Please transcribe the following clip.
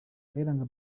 kayiranga